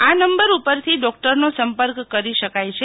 આ નંબર ઉપરથી ડોકટરનો સંપર્ક કરી શકાય છે